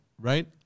right